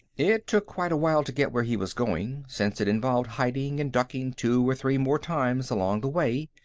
it took quite a while to get where he was going, since it involved hiding and ducking two or three more times along the way,